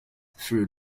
through